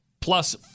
plus